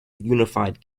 unified